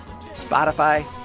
Spotify